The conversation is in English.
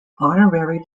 honorary